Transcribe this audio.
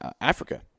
Africa